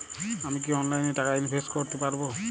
আমি কি অনলাইনে টাকা ইনভেস্ট করতে পারবো?